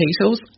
potatoes